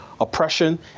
oppression